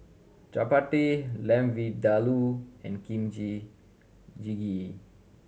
Chapati Lamb Vindaloo and Kimchi Jjigae